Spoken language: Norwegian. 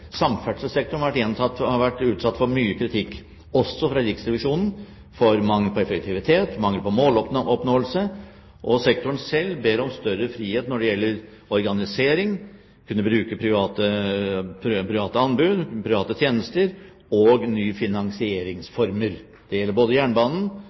samferdselssektoren – en sektor som har vært utsatt for mye kritikk, også fra Riksrevisjonen, for mangel på effektivitet og mangel på måloppnåelse. Sektoren selv ber om større frihet når det gjelder organisering, og til å kunne bruke private anbud, private tjenester og